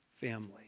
family